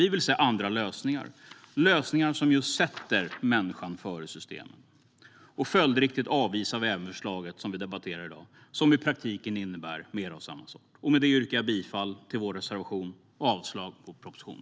Vi vill se andra lösningar, lösningar som sätter människan före systemen. Följdriktigt avvisar vi förslaget som vi debatterar i dag, som i praktiken innebär mer av samma sort. Med det yrkar jag bifall till vår reservation.